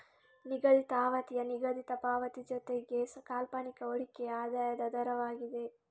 ನಿಗದಿತ ಅವಧಿಯ ನಿಗದಿತ ಪಾವತಿ ಜೊತೆಗೆ ಕಾಲ್ಪನಿಕ ಹೂಡಿಕೆಯ ಆದಾಯದ ದರವಾಗಿದೆ